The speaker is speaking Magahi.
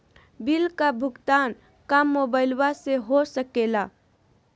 बिल का भुगतान का मोबाइलवा से हो सके ला?